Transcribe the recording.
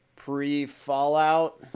Pre-Fallout